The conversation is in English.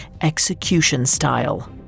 execution-style